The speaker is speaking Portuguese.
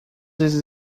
esses